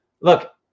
look